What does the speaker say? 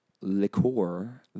liqueur